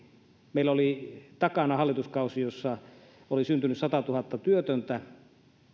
meillä oli takana hallituskausi jossa oli syntynyt satatuhatta työtöntä